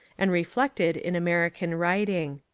and reflected in american writing.